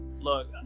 look